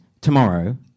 tomorrow